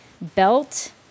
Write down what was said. belt